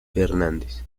fernández